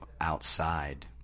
outside